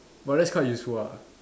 but that's quite useful ah